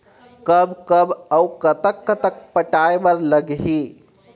कब कब अऊ कतक कतक पटाए बर लगही